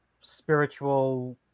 spiritual